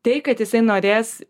tai kad jisai norės